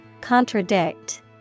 Contradict